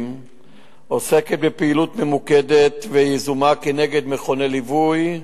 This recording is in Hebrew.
ועוסקת בפעילות ממוקדת ויזומה כנגד מכוני ליווי,